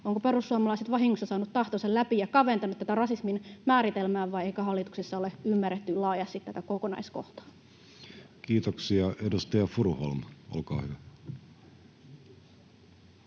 ovatko perussuomalaiset vahingossa saaneet tahtonsa läpi ja kaventaneet tätä rasismin määritelmää, vai eikö hallituksessa ole ymmärretty laajasti tätä kokonaiskohtaa? Kiitoksia. — Edustaja Furuholm, olkaa hyvä.